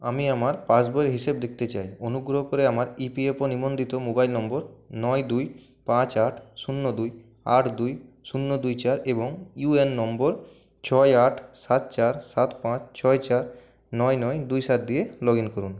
আমি আমার পাসবইয়ের হিসেব দেখতে চাই অনুগ্রহ করে আমার ইপিএফও নিবন্ধিত মোবাইল নম্বর নয় দুই পাঁচ আট শূন্য দুই আট দুই শূন্য দুই চার এবং ইউএন নম্বর ছয় আট সাত চার সাত পাঁচ ছয় চার নয় নয় দুই সাত দিয়ে লগ ইন করুন